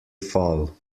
fall